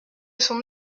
son